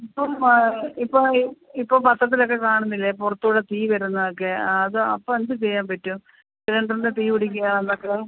ഇപ്പം ആ ഇപ്പം ഈ ഇപ്പോൾ പത്രത്തിലൊക്കെ കാണുന്നില്ലേ പുറത്തൂടെ തീ വരുന്നതൊക്കെ അതൊ അപ്പം എന്ത് ചെയ്യാൻ പറ്റും സിലിണ്ടറിന് തീ പിടിക്കോ എന്തൊക്കെ